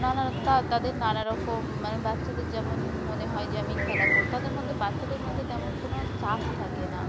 না না তা তাদের নানা রকম মানে বাচ্চাদের যেমন মনে হয় যে আমি খেলা কর তাদের মদ্যে বাচ্চাদের মধ্যে তেমন কোনো চাপ থাকে না